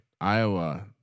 Iowa